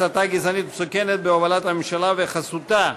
הסתה גזענית ומסוכנת בהובלת הממשלה ובחסותה.